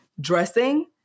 dressing